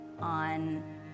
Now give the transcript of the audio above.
on